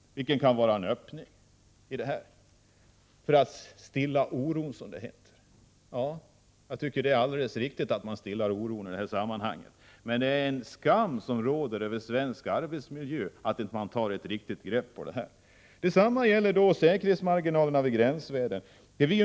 Detta kan alltså vara en öppning — för att stilla oron, som det heter. Jag tycker att det är alldeles riktigt att man stillar oron i det här sammanhanget. Men det är en skam när det gäller svensk arbetsmiljö att man inte här tar ett riktigt grepp. Detsamma gäller säkerhetsmarginalerna i samband med gränsvärden.